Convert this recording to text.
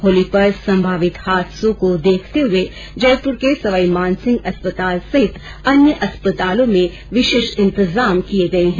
होली पर संभावित हादसों को देखते हुए जयपूर के सवाईमान सिंह अस्पताल सहित अन्य अस्पतालों में विशेष इंतजाम किए गए हैं